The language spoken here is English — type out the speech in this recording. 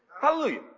hallelujah